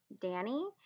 Danny